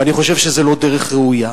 ואני חושב שזו לא דרך ראויה.